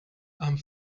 and